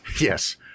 yes